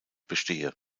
bestehe